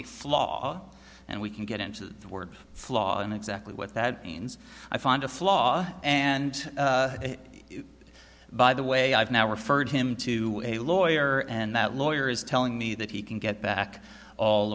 a flaw and we can get into the word flaw and exactly what that means i find a flaw and by the way i've now referred him to a lawyer and that lawyer is telling me that he can get back all